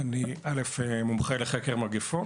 אני מומחה לחקר מגפות,